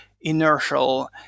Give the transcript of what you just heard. inertial